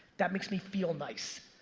that makes me feel nice.